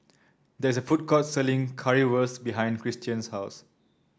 there is a food court selling Currywurst behind Cristian's house